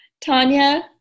Tanya